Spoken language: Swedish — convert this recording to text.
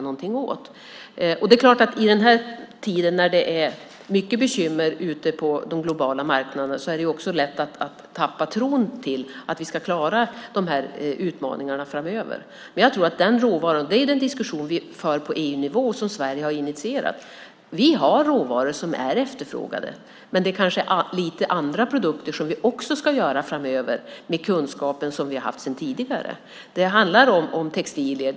Nu när det är mycket bekymmer på den globala marknaden är det lätt att tappa tron på att vi ska klara de här utmaningarna framöver. Det är en diskussion vi för på EU-nivå och som Sverige har initierat. Vi har råvaror som är efterfrågade. Men det kanske är andra produkter som vi också ska göra framöver med de kunskaper vi har haft sedan tidigare. Det handlar om textilier.